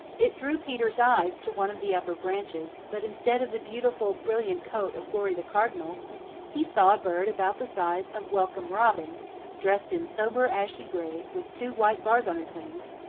it drew peter's eyes to one of the upper branches, but instead of the beautiful, brilliant coat of glory the cardinal he saw a bird about the size of welcome robin dressed in sober ashy-gray with two white bars on his wings,